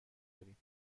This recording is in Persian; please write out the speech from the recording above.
داریم